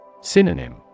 Synonym